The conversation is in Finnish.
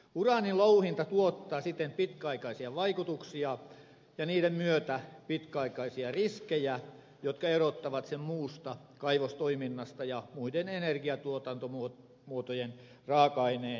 uraanin louhinta tuottaa siten pitkäaikaisia vaikutuksia ja niiden myötä pitkäaikaisia riskejä jotka erottavat sen muusta kaivostoiminnasta ja muiden energiatuotantomuotojen raaka aineen hankinnasta